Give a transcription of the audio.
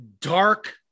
dark